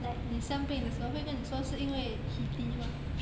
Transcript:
like 你生病的时候会跟你说是因为 heaty 吗